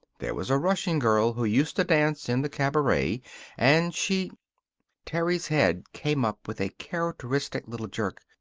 there was a russian girl who used to dance in the cabaret and she terry's head came up with a characteristic little jerk.